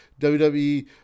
WWE